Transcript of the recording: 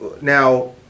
Now